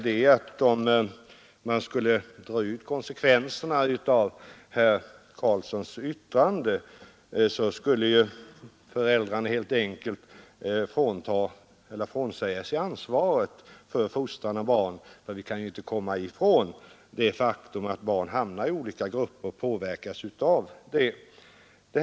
Om man skulle dra ut konsekvenserna av herr Karlssons yttrande, borde ju föräldrarna helt enkelt frånsäga sig ansvaret för fostran av barnen. Vi kan ju inte komma ifrån det faktum att barn hamnar i olika grupper och påverkas av det.